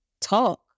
talk